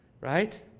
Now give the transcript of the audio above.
right